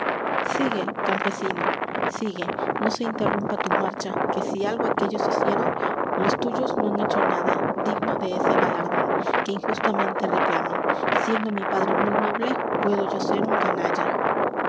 sigue campesino sigue no se interrumpa tu marcha que si algo aquéllos hicieron los tuyos no han hecho nada digno de ese galardón que injustamente reclaman siendo m i padre muy noble puedo yo ser un canalla